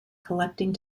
collecting